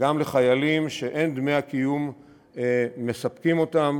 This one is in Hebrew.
גם לחיילים שאין דמי הקיום מספקים אותם